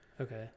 okay